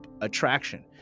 attraction